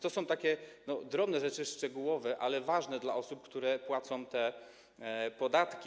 To są takie drobne rzeczy, szczegółowe, ale ważne dla osób, które płacą te podatki.